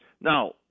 Now